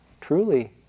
truly